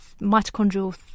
mitochondrial